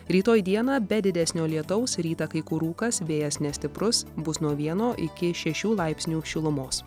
rytoj dieną be didesnio lietaus rytą kai kur rūkas vėjas nestiprus bus nuo vieno iki šešių laipsnių šilumos